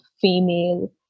female